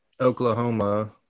Oklahoma